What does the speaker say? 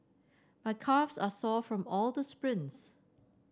my calves are sore from all the sprints